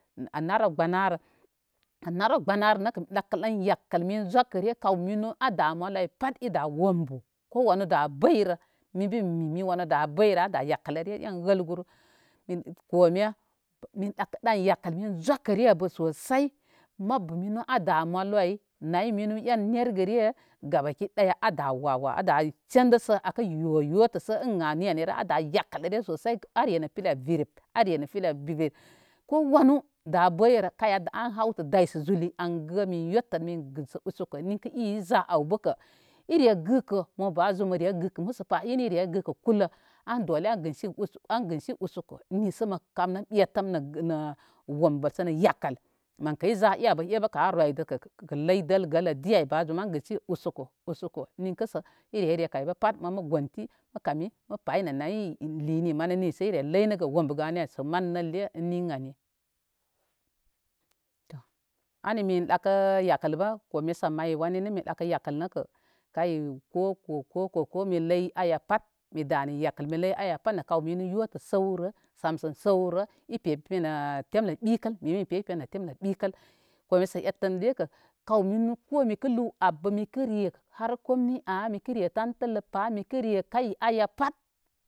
Anarə gbənarə anarə gbənarə nəkə mi dəkə dən yakəl mi zokəre kawminu ada malu ay pat i da wombə wanu da bəyro. Min bə mi mimin wanu da bəyro a da yakələre en wəl guru kome mi dəkə dən yakəl min zokərə abə sosai mabu minu ada malu ay nayi minu en nergəre ada wa wa gabaki dəya a da sendəsə ada yakələre sosai are nə pila yip, are nə pila yip ko wanu da bəyero kay an hautə daysə zuli an gə min yottə i i za ay bə ire gəkə, mo ɓa zum mə re gəkə in məsəapa, iren dukə kulə an gənsi usoko nisə mə kamə ɓetəm nə wombəl sə nə yakəl mən kə iza e abə ebə kə a roydə kə kə ləy dələ di ay ən gənsi usoko. Ninkə sə ire rekə ay bə pal mən mə gontə, mə kami, mə payinə nay linə məni nisə ire ləy nə wombə gani ani mən nəlle ən ni ani. ani min dəkə yakəl nəkə kome sə ettu wanu nidəkə yakəl nə kay ko ko ko mi lay aya pat, mida nə yakə mi ləy aya pat mi da nə yakəl, nə kaw minu yotə səwro, samsən səwro ipe me pen nə temlə ɓikəl mi bə mi pei pen nə temlə ɓikəl. Kaw minu ko mikə re har komni a, mikə re tantile pa kay aya pat.